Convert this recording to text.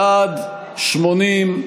בעד, 80,